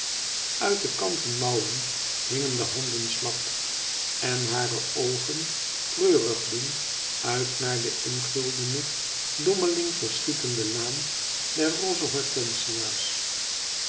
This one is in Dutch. uit de kanten mouwen hingen de handen slap en hare oogen treurigden uit naar de in guldene dommeling verschietende laan der roze hortensia's